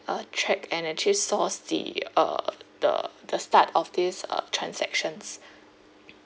uh track and actually source the uh the the start of these uh transactions